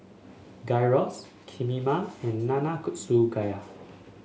Gyros Kheema and Nanakusa Gayu